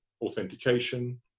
authentication